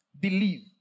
Believe